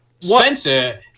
Spencer